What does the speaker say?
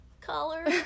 Color